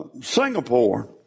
Singapore